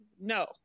no